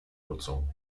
nutzung